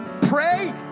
pray